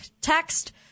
text